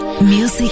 Music